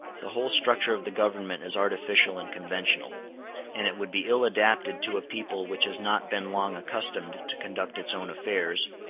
the whole structure of the government is artificial and conventional and it would be ill adapted to a people which has not been long accustomed to conduct its own affairs,